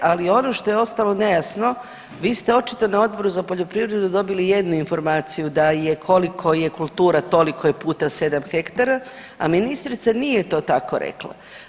Ali ono što je ostalo nejasno vi ste očito na Odboru za poljoprivredu dobili jednu informaciju da je koliko je kultura toliko je puta sedam hektara, a ministrica nije to tako rekla.